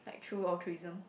like true altruism